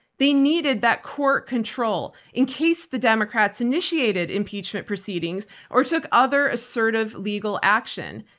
they needed that court control in case the democrats initiated impeachment proceedings or took other assertive legal action.